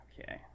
Okay